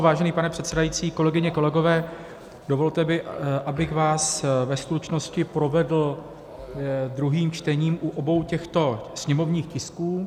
Vážený pane předsedající, kolegyně, kolegové, dovolte mi, abych vás ve stručnosti provedl druhým čtením u obou těchto sněmovních tisků.